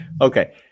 okay